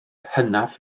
hynaf